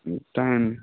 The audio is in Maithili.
ओ टाइम